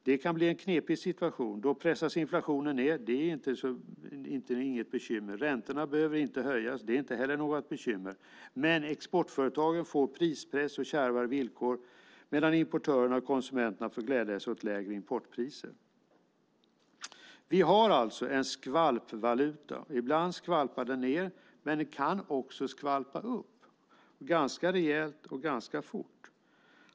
Det kan bli en knepig situation. Då pressas inflationen ned. Det är inte något bekymmer. Räntorna behöver inte höjas. Det är inte heller något bekymmer. Men exportföretagen får prispress och kärvare villkor medan importörerna och konsumenterna får glädja sig åt lägre importpriser. Vi har alltså en skvalpvaluta. Ibland skvalpar den ned, men den kan också skvalpa upp ganska rejält och ganska fort.